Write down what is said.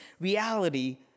reality